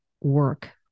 work